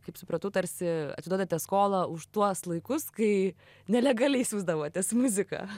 kaip supratau tarsi atiduodate skolą už tuos laikus kai nelegaliai siųsdavotės muziką